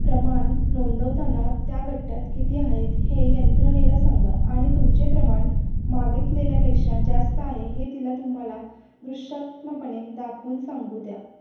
प्रमाण नोंदवताना त्या गठ्ठयात किती आहेत हे यंत्रणेला सांगा आणि तुमचे प्रमाण मागितलेल्यापेक्षा जास्त आहे हे तिला तुम्हाला दृश्यात्मकपणे दाखवून सांगू द्या